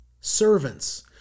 servants